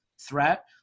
threat